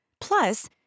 Plus